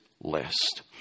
list